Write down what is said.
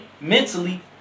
mentally